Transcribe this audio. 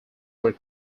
were